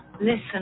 Listen